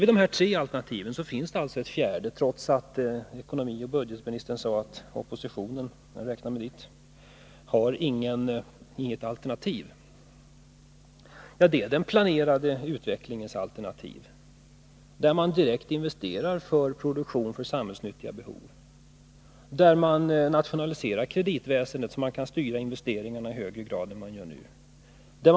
Vid sidan av de tre nämnda alternativen finns det ett fjärde alternativ, trots att ekonomioch budgetministern sagt att oppositionen — jag räknar mig dit — inte har något alternativ. Det gäller den planerade utvecklingen. Man investerar direkt för produktion avsedd för samhällsnyttiga behov. Man nationaliserar kreditväsendet, så att investeringarna kan styras i högre grad än som nu är fallet.